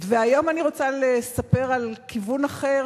והיום אני רוצה לספר על כיוון אחר,